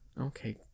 Okay